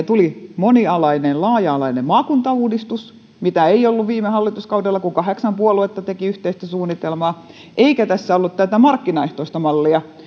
tuli yhtäkkiä monialainen laaja alainen maakuntauudistus mitä ei ollut viime hallituskaudella kun kahdeksan puoluetta teki yhteistä suunnitelmaa eikä tässä ollut tätä markkinaehtoista mallia